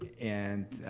and,